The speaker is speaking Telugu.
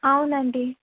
అవునండి